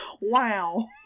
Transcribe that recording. wow